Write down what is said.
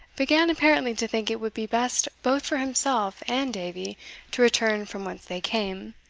began apparently to think it would be best both for himself and davie to return from whence they came,